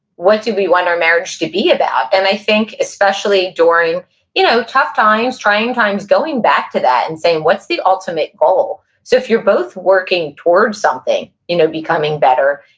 what do we want our marriage to be about? and i think, especially during you know, tough times, trying times, going back to that, and saying, what's the ultimate goal? so if you're both working towards something, you know, becoming better,